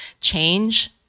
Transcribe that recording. change